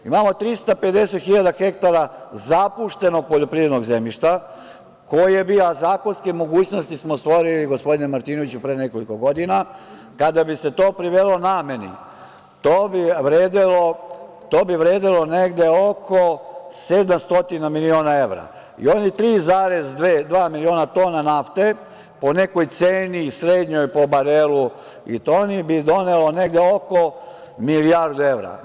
Imamo 350.000 hektara zapuštenog poljoprivrednog zemljišta, zakonske mogućnosti smo stvorili, gospodine Martinoviću, pre nekoliko godina, kada bi se to privelo nameni, to bi vredelo negde oko sedam stotina miliona evra i onih 3,2 miliona tona nafte po nekoj ceni i srednjoj po barelu i toni bi donelo negde oko milijardu evra.